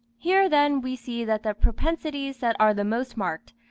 here, then, we see that the propensities that are the most marked,